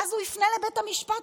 ואז הוא יפנה לבית המשפט,